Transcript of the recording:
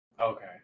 Okay